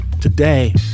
Today